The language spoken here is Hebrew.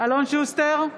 אלון שוסטר,